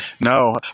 No